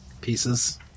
pieces